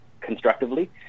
constructively